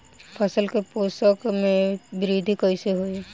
फसल के पोषक में वृद्धि कइसे होई?